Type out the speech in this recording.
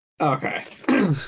Okay